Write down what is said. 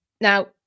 Now